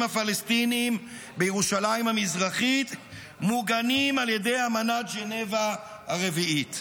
הפלסטינים בירושלים המזרחית מוגנים על ידי אמנת ז'נבה הרביעית.